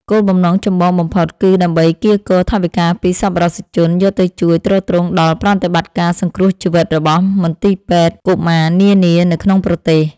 គោលបំណងចម្បងបំផុតគឺដើម្បីកៀរគរថវិកាពីសប្បុរសជនយកទៅជួយទ្រទ្រង់ដល់ប្រតិបត្តិការសង្គ្រោះជីវិតរបស់មន្ទីរពេទ្យកុមារនានានៅក្នុងប្រទេស។